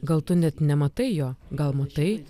gal tu net nematai jo gal matai